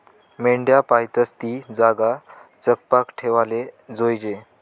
मेंढ्या पायतस ती जागा चकपाक ठेवाले जोयजे